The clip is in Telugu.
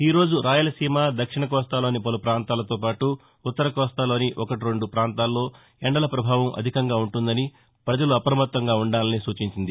ఈ రోజు రాయలసీమ దక్షిణ కోస్తాలోని పలు ప్రాంతాలతో పాటు ఉత్తర కోస్తాలోని ఒకటి రెండు చోట్ల ఎండల ప్రభావం అధికంగా ఉంటుందని ప్రజల అప్రమత్తంగా వుండాలని సూచించింది